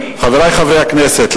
חברי חברי הכנסת,